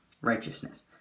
righteousness